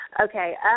Okay